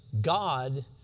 God